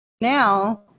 now